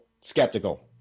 skeptical